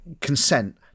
consent